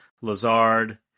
Lazard